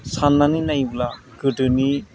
साननानै नायोब्ला गोदोनि